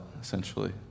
essentially